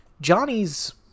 Johnny's